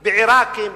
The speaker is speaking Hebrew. בעירקים,